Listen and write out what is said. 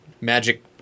magic